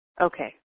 Okay